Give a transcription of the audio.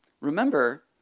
Remember